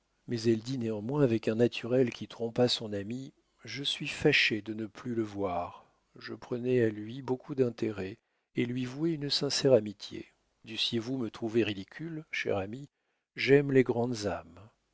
mais elle dit néanmoins avec un naturel qui trompa son amie je suis fâchée de ne plus le voir je prenais à lui beaucoup d'intérêt et lui vouais une sincère amitié dussiez-vous me trouver ridicule chère amie j'aime les grandes âmes